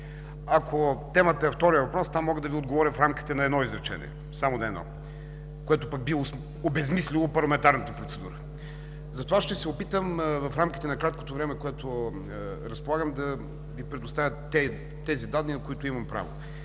Ако темата е по втория въпрос, тогава мога да Ви отговоря в рамките само на едно изречение, което пък би обезсмислило парламентарната процедура. Затова ще се опитам в рамките на краткото време, с което разполагам, да Ви предоставя тези данни, които имам право.